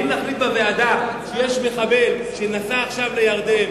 ואם נחליט בוועדה שיש מחבל שנסע עכשיו לירדן